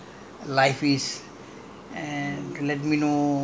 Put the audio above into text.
father want to bring me to show me how the india